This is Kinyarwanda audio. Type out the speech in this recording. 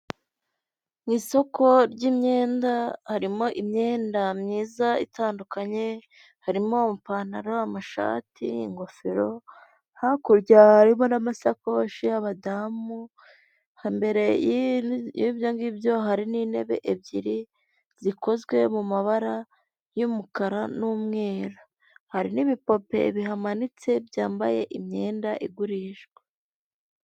Abagabo batatu aho bicaye umwuka umwe akaba yambaye ikote ry'umukara ndetse akaba yambayemo n'ishati y'ubururu, abandi babiri bakaba bambaye amashati y'mweru, aho buri wese hari akarangururamajwi imbere ye wo hagati akaba ari we uri kuvuga.